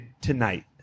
tonight